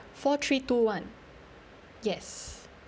four three two one yes